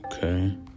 Okay